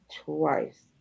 twice